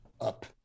up